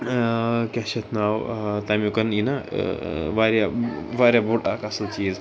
ٲں کیٛاہ چھُ اَتھ ناو ٲں تَمیٛک یہِ نا ٲں واریاہ واریاہ بوٚڑ اَکھ اصٕل چیٖز